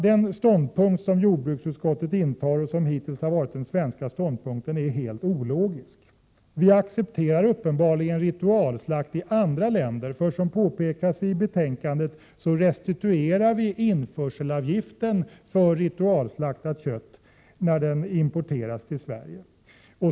Den ståndpunkt som jordbruksutskottet intar och som hittills har varit den svenska ståndpunkten är helt ologisk. Vi accepterar uppenbarligen ritualslakt i andra länder, när vi, som påpekas i betänkandet, restituerar införselavgiften för ritualslaktat kött som importeras till Sverige.